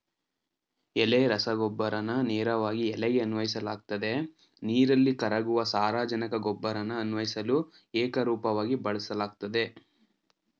ಎಲೆ ರಸಗೊಬ್ಬರನ ನೇರವಾಗಿ ಎಲೆಗೆ ಅನ್ವಯಿಸಲಾಗ್ತದೆ ನೀರಲ್ಲಿ ಕರಗುವ ಸಾರಜನಕ ಗೊಬ್ಬರನ ಅನ್ವಯಿಸಲು ಏಕರೂಪವಾಗಿ ಬಳಸಲಾಗ್ತದೆ